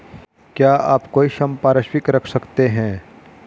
क्या आप कोई संपार्श्विक रख सकते हैं?